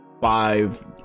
five